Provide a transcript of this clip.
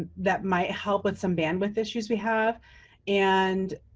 ah that might help with some bandwidth issues we have and